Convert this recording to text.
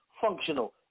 functional